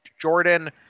Jordan